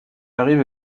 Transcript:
arrive